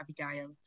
Abigail